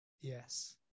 Yes